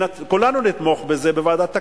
וכולנו נתמוך בזה בוועדת הכספים.